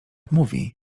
mówi